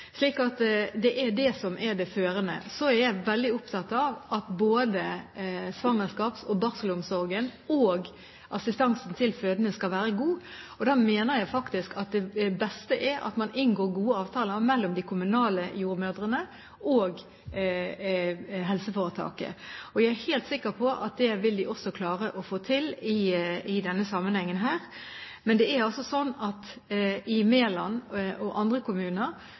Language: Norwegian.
det er det som er det førende. Så er jeg veldig opptatt av at både svangerskaps- og barselomsorgen og assistansen til fødende skal være god, og da mener jeg faktisk at det beste er at det inngås gode avtaler mellom de kommunale jordmødrene og helseforetaket. Jeg er helt sikker på at det vil de også klare å få til i denne sammenhengen. Men det er slik at i Meland og i andre kommuner